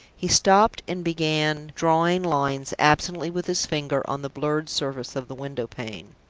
he stopped and began drawing lines absently with his finger on the blurred surface of the window-pane.